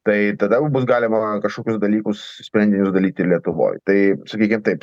tai tada jau bus galima kažkokius dalykus sprendinius dalyt ir lietuvoj tai sakykim taip